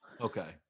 Okay